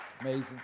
Amazing